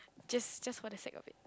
just just what to say of it